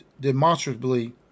demonstrably